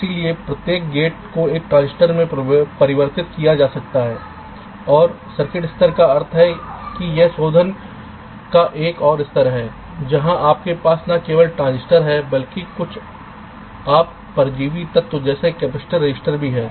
इसलिए प्रत्येकगेट को एक ट्रांजिस्टर में परिवर्तित किया जा सकता है और सर्किट स्तर का अर्थ है कि यह शोधन का एक और स्तर है जहां आपके पास न केवल ट्रांजिस्टर हैं बल्कि कुछ आप परजीवी तत्व जैसे कैपेसिटर रजिस्टर भी हैं